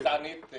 --- כנראה גזענית.